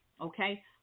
okay